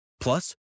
Plus